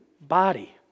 body